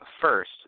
first